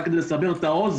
רק כדי לסבר את האוזן